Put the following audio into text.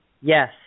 Yes